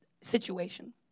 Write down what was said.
situation